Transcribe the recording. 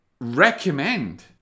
recommend